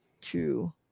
two